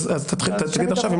תתחיל עכשיו .